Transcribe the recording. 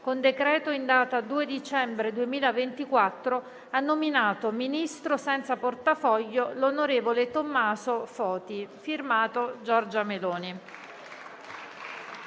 con decreto in data 2 dicembre 2024, ha nominato Ministro senza portafoglio l'on. Tommaso Foti. *F.to* Giorgia Meloni».